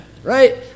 Right